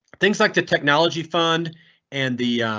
things like the technology fund and the.